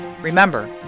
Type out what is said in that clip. Remember